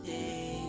day